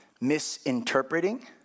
misinterpreting